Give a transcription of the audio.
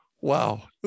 wow